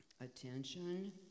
Attention